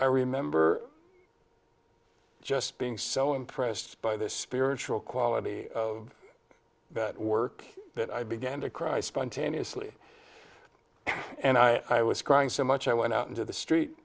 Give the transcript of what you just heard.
i remember just being so impressed by the spiritual quality of that work that i began to cry spontaneously and i was crying so much i went out into the street